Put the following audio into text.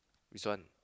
this one